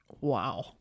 Wow